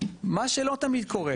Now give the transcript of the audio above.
מה שלא תמיד קורה.